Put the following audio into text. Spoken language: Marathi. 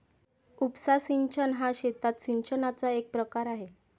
उपसा सिंचन हा शेतात सिंचनाचा एक प्रकार आहे